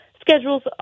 schedule's